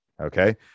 Okay